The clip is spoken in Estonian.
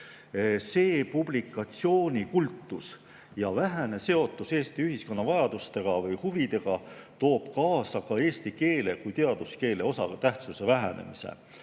See publikatsioonikultus ja vähene seotus Eesti ühiskonna vajadustega või huvidega toob kaasa ka eesti keele kui teaduskeele osatähtsuse vähenemise.